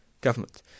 government